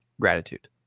gratitude